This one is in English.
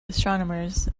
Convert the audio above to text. astronomers